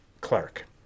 Clark